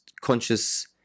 conscious